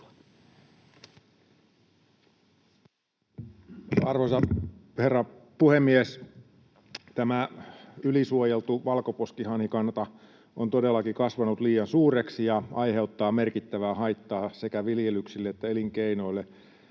Arvoisa herra puhemies! Tämä ylisuojeltu valkoposkihanhikanta on todellakin kasvanut liian suureksi ja aiheuttaa merkittävää haittaa sekä viljelyksille että elinkeinoille